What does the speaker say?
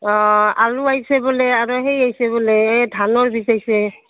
অঁ আলু আহিছে বোলে আৰু সেই আহিছে বোলে এই ধানৰ বীজ আহিছে